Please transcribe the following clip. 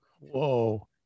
Whoa